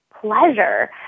pleasure